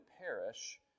perish